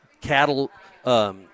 cattle